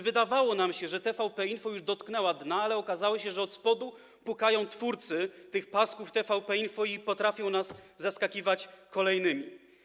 Wydawało nam się, że TVP Info już dotknęła dna, ale okazało się, że od spodu pukają twórcy pasków TVP Info, którzy potrafią nas zaskakiwać kolejnymi.